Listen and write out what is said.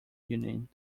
union